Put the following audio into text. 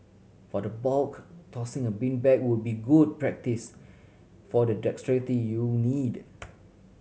for the bulk tossing a beanbag would be good practice for the dexterity you'll need